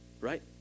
Right